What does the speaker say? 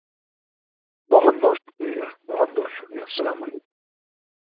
بہت بہت شکریہ بہت بہت شکریہ السلام علیکم